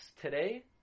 today